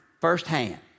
firsthand